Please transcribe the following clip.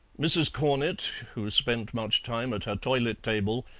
mrs. cornett, who spent much time at her toilet table,